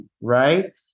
Right